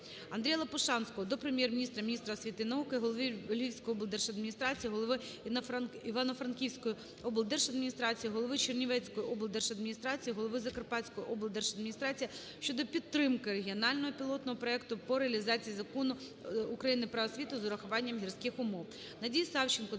АндріяЛопушанського до Прем'єр-міністра, міністра освіти і науки, голови Львівської облдержадміністрації, голови Івано-Франківської облдержадміністрації, голови Чернівецької облдержадміністрації, голови Закарпатської облдержадміністрації щодо підтримки регіонального пілотного проекту по реалізації Закону України "Про освіту" з урахуванням гірських умов.